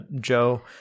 Joe